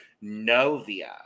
Novia